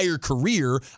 career